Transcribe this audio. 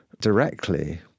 directly